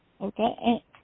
okay